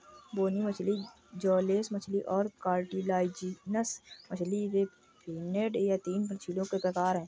बोनी मछली जौलेस मछली और कार्टिलाजिनस मछली रे फिनेड यह तीन मछलियों के प्रकार है